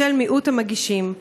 בשל מיעוט המגישים.